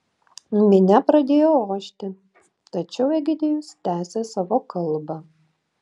minia pradėjo ošti tačiau egidijus tęsė savo kalbą